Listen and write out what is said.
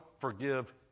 forgive